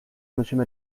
monsieur